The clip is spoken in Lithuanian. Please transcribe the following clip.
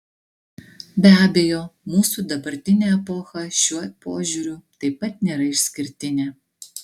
be abejo mūsų dabartinė epocha šiuo požiūriu taip pat nėra išskirtinė